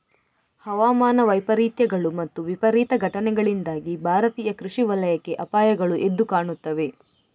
ಹವಾಮಾನ ವೈಪರೀತ್ಯಗಳು ಮತ್ತು ವಿಪರೀತ ಘಟನೆಗಳಿಂದಾಗಿ ಭಾರತೀಯ ಕೃಷಿ ವಲಯಕ್ಕೆ ಅಪಾಯಗಳು ಎದ್ದು ಕಾಣುತ್ತವೆ